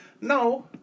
No